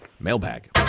mailbag